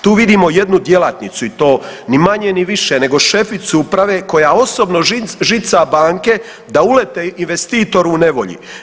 Tu vidimo jednu djelatnicu i to ni manje ni više nego šeficu uprave koja osobno žica banke da ulete investitoru u nevolji.